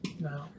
No